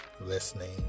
listening